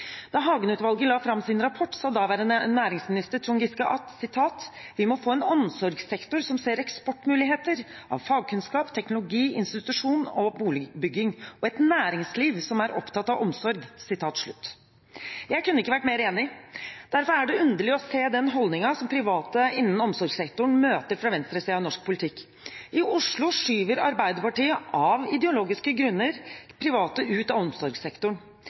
Da Hagen-utvalget la fram sin rapport, sa daværende næringsminister Trond Giske: «Vi må få en omsorgssektor som ser eksportmuligheter – av fagkunnskap, teknologi, institusjons- og boligbygg – og et næringsliv som er opptatt av omsorg.» Jeg kunne ikke vært mer enig. Derfor er det underlig å se den holdningen som private innen omsorgssektoren møter fra venstresiden i norsk politikk. I Oslo skyver Arbeiderpartiet av ideologiske grunner private ut av omsorgssektoren,